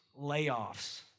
layoffs